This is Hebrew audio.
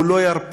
הוא לא ירפה